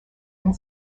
and